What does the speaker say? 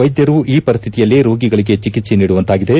ವೈದ್ಧರು ಈ ಪರಿಸ್ಥಿತಿಯಲ್ಲೇ ರೋಗಿಗಳಿಗೆ ಚಿಕಿತ್ಸೆ ನೀಡುವಂತಾಗಿದೆ